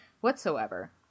whatsoever